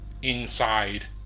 Inside